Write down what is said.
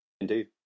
Indeed